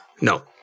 No